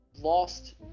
lost